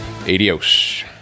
Adios